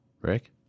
Rick